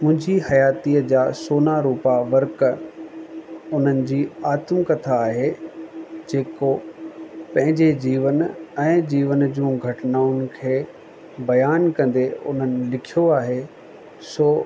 मुंहिंजी हयातीअ जा सोनारूप वर्क हुननि आत्म कथा आहे जेको पंहिंजे जीवन ऐं जीवन जूं घटनाउनि खे बयानु कंदे उन्हनि लिखियो आहे छो